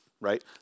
right